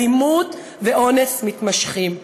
אלימות ואונס מתמשכים.